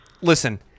Listen